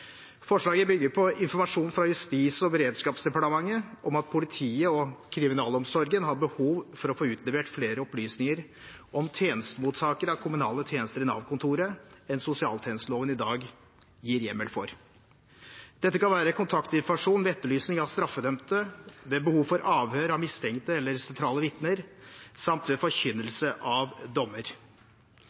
Forslaget bygger på informasjon fra Justis- og beredskapsdepartementet om at politiet og kriminalomsorgen har behov for å få utlevert flere opplysninger om tjenestemottakere av kommunale tjenester i Nav- kontoret, enn sosialtjenesteloven i dag gir hjemmel for. Dette kan være kontaktinformasjon ved etterlysning av straffedømte, ved behov for avhør av mistenkte eller sentrale vitner samt ved forkynnelse av dommer.